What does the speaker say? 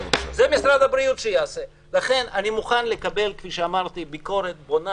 אני מוכן לקבל ביקורת בונה.